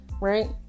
right